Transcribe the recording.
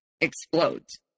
explodes